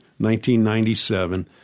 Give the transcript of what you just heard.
1997